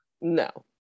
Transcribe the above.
No